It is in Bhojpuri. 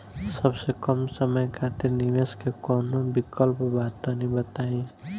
सबसे कम समय खातिर निवेश के कौनो विकल्प बा त तनि बताई?